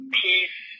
peace